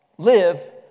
Live